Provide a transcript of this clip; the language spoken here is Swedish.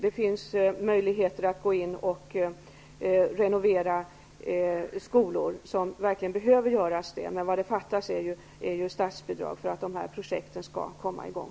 Det finns skolor som verkligen har behov av renovering, men det behövs statsbidrag för att dessa projekt skall komma i gång.